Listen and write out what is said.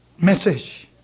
message